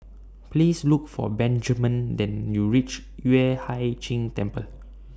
Please Look For Benjman Then YOU REACH Yueh Hai Ching Temple